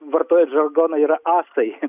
vartojant žargoną yra asai